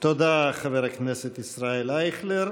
תודה, חבר הכנסת ישראל אייכלר.